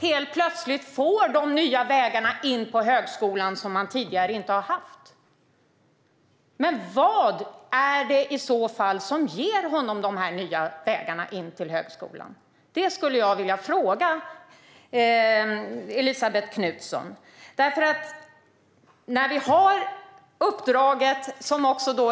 Helt plötsligt får man nya vägar in på högskolan som man tidigare inte haft. Men vad är det i så fall som ger honom de här nya vägarna in till högskolan? Det skulle jag vilja fråga Elisabet Knutsson.